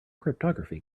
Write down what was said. cryptography